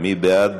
מי בעד